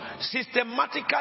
systematically